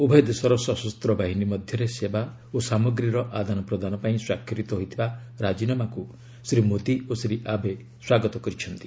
ଉଭୟ ଦେଶର ସଶସ୍ତ୍ର ବାହିନୀ ମଧ୍ୟରେ ସେବା ଓ ସାମଗ୍ରୀର ଆଦାନପ୍ରଦାନ ପାଇଁ ସ୍ୱାକ୍ଷରିତ ହୋଇଥିବା ରାଜିନାମାକୁ ଶ୍ରୀ ମୋଦୀ ଓ ଶ୍ରୀ ଆବେ ସ୍ୱାଗତ କରିଛନ୍ତି